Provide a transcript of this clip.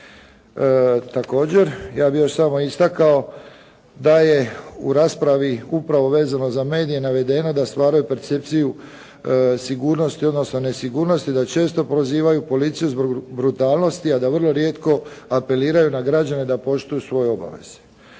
Također, ja bih još samo istakao da je u raspravi upravo vezano za medije navedeno da stvaraju percepciju sigurnosti, odnosno nesigurnosti da često prozivaju policiju zbog brutalnosti a da vrlo rijetko apeliraju na građane da poštuju svoje obaveze.